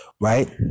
right